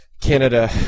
Canada